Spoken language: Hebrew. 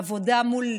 עבודה מול